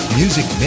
music